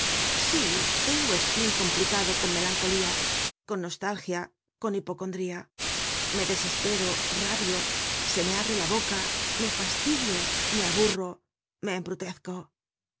sí tengo spleen complicado con melancolía con nostalgia con hipocondría me desespero rabio se me abre la boca me fastidio me aburro me